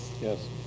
Yes